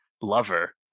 lover